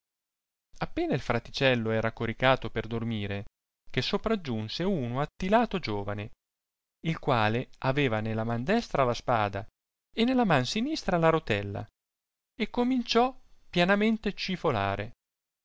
appena il fraticello era coricato per dormire che sopraggiunse uno attilato giovane il quale aveva nella man destra la spada e nella man sinistra la rotella e cominciò pianamente cifolare il